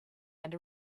and